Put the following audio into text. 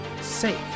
safe